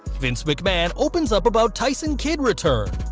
vince mcmahon opens up about tyson kidd return!